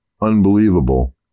Unbelievable